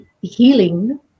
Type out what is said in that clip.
healing